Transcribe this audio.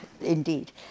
Indeed